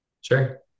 Sure